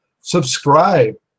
subscribe